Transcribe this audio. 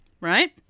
right